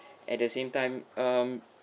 at the same time um